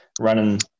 running